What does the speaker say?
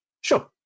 sure